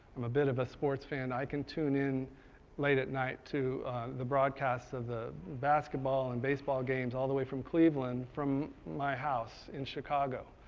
i'm a bit of a sports fan. i can tune in late at night to the broadcasts of the basketball and baseball games, all the way from cleveland from my house in chicago.